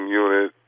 unit